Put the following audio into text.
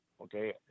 okay